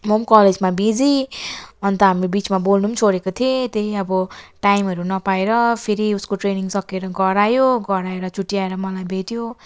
म पनि कलेजमा बिजी अन्त हामी बिचमा बोल्नु पनि छोडेको थिएँ त्यही अब टाइमहरू नपाएर फेरि उसको ट्रेनिङ सकिएर घर आयो घर आएर छुट्टी आएर मलाई भेट्यो